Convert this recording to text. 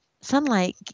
sunlight